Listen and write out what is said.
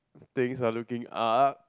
things are looking up